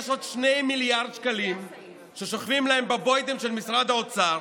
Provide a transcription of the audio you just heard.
יש עוד 2 מיליארד שקלים ששוכבים להם בבוידעם של משרד האוצר,